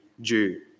Jew